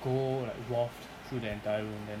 go like waft through the entire room then